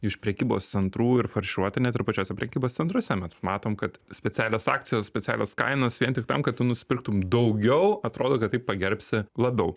iš prekybos centrų ir farširuoti net ir pačiuose prekybos centruose mes matom kad specialios akcijos specialios kainos vien tik tam kad tu nusipirktum daugiau atrodo kad taip pagerbsi labiau